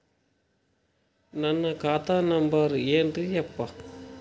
ನನ್ನ ಖಾತಾ ನಂಬರ್ ಏನ್ರೀ ಯಪ್ಪಾ?